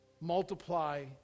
Multiply